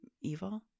evil